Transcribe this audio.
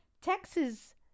Texas